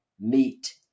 Meet